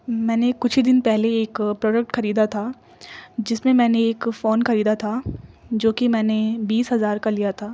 میں نے کچھ ہی دن پہلے ایک پروڈکٹ خریدا تھا جس میں میں نے ایک فون خریدا تھا جو کہ میں نے بیس ہزار کا لیا تھا